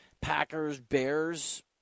Packers-Bears